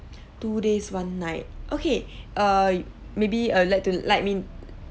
two days one night okay err maybe err let to like me